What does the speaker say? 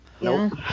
Nope